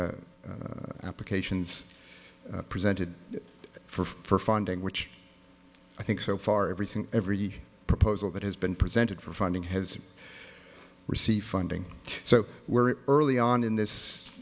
applications presented for funding which i think so far everything every proposal that has been presented for funding has received funding so we're early on in this